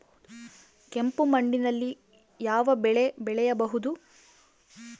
ಕೆಂಪು ಮಣ್ಣಿನಲ್ಲಿ ಯಾವ ಬೆಳೆ ಬೆಳೆಯಬಹುದು?